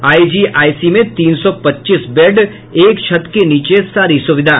IGIC में तीन सौ पच्चीस बेड एक छत के नीचे सारी सुविधा